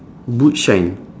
boot shine